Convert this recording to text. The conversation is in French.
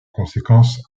conséquence